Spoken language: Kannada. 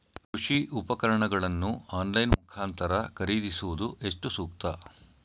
ಕೃಷಿ ಉಪಕರಣಗಳನ್ನು ಆನ್ಲೈನ್ ಮುಖಾಂತರ ಖರೀದಿಸುವುದು ಎಷ್ಟು ಸೂಕ್ತ?